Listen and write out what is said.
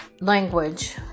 language